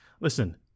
Listen